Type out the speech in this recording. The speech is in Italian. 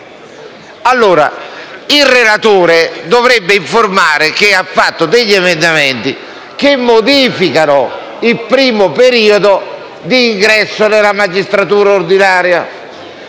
Il relatore dovrebbe informare che ha presentato degli emendamenti che modificano il primo periodo d'ingresso nella magistratura onoraria.